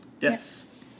Yes